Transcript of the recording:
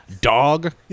dog